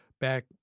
back